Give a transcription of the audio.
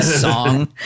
song